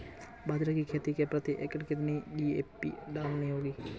बाजरे की खेती में प्रति एकड़ कितनी डी.ए.पी डालनी होगी?